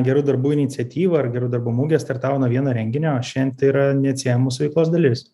gerų darbų iniciatyva ar gerų darbų mugė startavo nuo vieno renginio o šian tai yra neatsiejama mūsų veiklos dalis